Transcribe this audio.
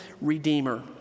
redeemer